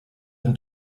them